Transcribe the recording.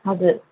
हजुर